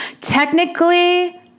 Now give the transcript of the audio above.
technically